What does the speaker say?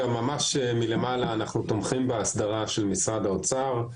אנחנו תומכים בהסדרה של משרד האוצר,